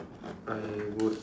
I would